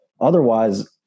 otherwise